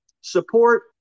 support